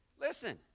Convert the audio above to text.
Listen